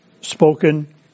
spoken